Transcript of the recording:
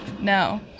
No